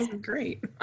Great